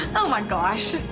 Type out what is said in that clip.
oh my gosh.